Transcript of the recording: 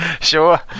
Sure